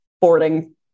boarding